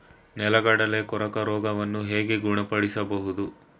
ನೆಲಗಡಲೆ ಕೊರಕ ರೋಗವನ್ನು ಹೇಗೆ ಗುಣಪಡಿಸಬಹುದು?